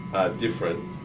different